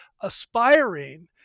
aspiring